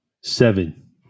Seven